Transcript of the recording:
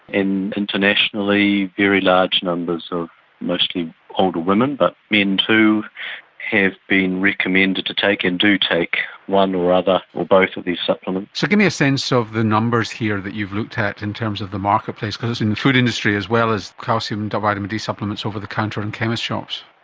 internationally, very large numbers of mostly older women but men too have been recommended to take and do take one or other or both of these supplements. so give me a sense of the numbers here that you've looked at in terms of the marketplace, because it is in the food industry as well as calcium and vitamin d supplements over the counter in chemist shops.